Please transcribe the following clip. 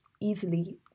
easily